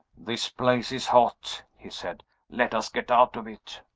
this place is hot, he said let us get out of it!